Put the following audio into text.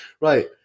Right